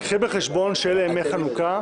קחי בחשבון שאלה ימי חנוכה,